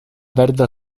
verda